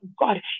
God